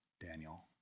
Daniel